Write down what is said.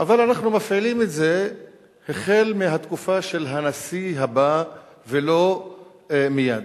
אבל אנחנו מפעילים את זה החל מהתקופה של הנשיא הבא ולא מייד,